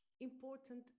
important